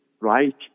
right